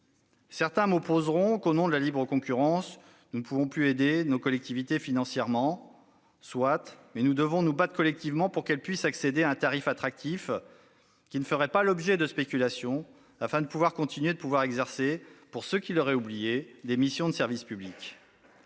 Certains m'opposeront qu'au nom de la libre concurrence, nous ne pouvons plus aider nos collectivités financièrement. Soit. Mais nous devons nous battre collectivement pour leur permettre d'accéder à un tarif attractif ne faisant pas l'objet de spéculation, afin qu'elles puissent continuer d'exercer, pour ceux qui l'auraient oublié, leurs missions de service public